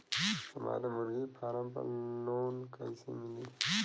हमरे मुर्गी फार्म पर लोन कइसे मिली?